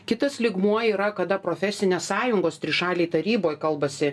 kitas lygmuo yra kada profesinės sąjungos trišalėj taryboj kalbasi